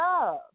love